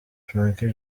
frankie